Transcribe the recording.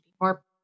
more